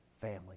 family